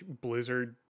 Blizzard